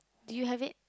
do you have it